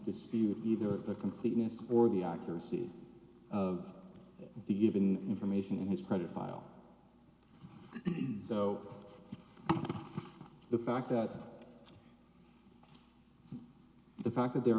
dispute either the completeness or the accuracy of the given information in his credit file so the fact that the fact that there